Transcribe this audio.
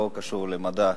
לא קשור למדע.